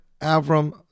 Avram